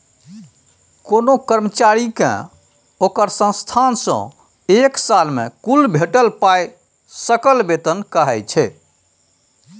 कोनो कर्मचारी केँ ओकर संस्थान सँ एक साल मे कुल भेटल पाइ सकल बेतन कहाइ छै